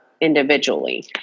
individually